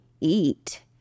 eat